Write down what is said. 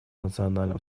национальным